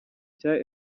cya